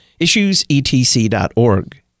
issuesetc.org